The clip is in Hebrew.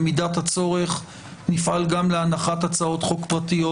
במידת הצורך נפעל גם להנחת הצעות חוק פרטיות